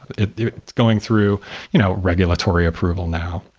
it's going through you know regulatory approval now.